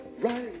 Right